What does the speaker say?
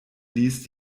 ließ